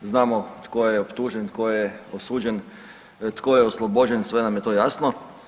Znamo tko je optužen, tko je osuđen, tko je oslobođen, sve nam je to jasno.